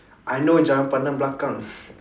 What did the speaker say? I know jangan pandang belakang